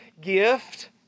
gift